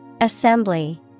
Assembly